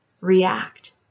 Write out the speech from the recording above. react